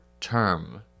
term